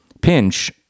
Pinch